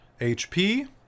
HP